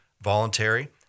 voluntary